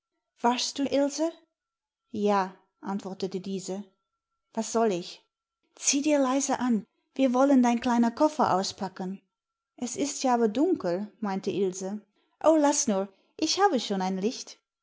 wachst du ilse ja antwortete diese was soll ich zieh dir leise an wir wollen dein kleiner koffer auspacken es ist ja aber dunkel meinte ilse o laß nur ich habe schon eine licht